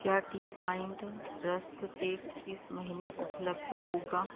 क्या tea point rusk cake इस महीने उपलब्ध होगा